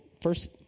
first